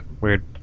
Weird